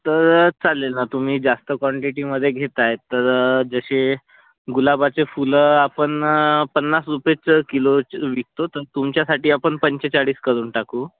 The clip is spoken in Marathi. तर चालेल ना तुम्ही जास्त क्वांटिटीमध्ये घेत आहे तर जसे गुलाबाचे फुलं आपण ना पन्नास रुपयाचं किलोचं विकतो तर तुमच्यासाठी आपण पंचेचाळीस करून टाकू